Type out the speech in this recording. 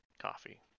coffee